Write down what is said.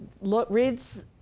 reads